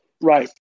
Right